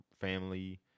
family